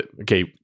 okay